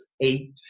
eight